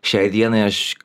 šiai dienai aš